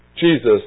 Jesus